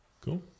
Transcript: Cool